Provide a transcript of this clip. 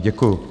Děkuju.